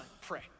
pray